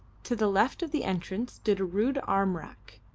to the left of the entrance stood a rude arm-rack,